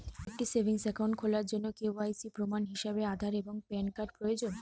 একটি savings account খোলার জন্য কে.ওয়াই.সি প্রমাণ হিসাবে আধার এবং প্যান কার্ড প্রয়োজন